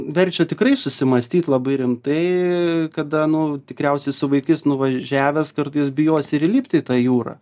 verčia tikrai susimąstyt labai rimtai kada nu tikriausiai su vaikais nuvažiavęs kartais bijosi ir įlipti į tą jūrą